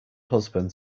husband